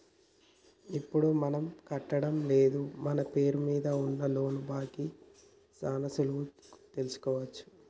ఇప్పుడు మనకాకట్టం లేదు మన పేరు మీద ఉన్న లోను బాకీ ని సాన సులువుగా తెలుసుకోవచ్చు